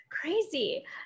crazy